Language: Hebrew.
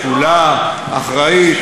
שקולה אחראית,